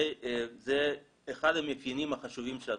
זה אחד המאפיינים החשובים של התחום.